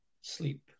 sleep